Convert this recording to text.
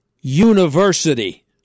University